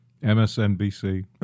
MSNBC